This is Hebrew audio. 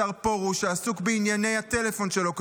השר פרוש, שעסוק בענייני הטלפון שלו כרגע?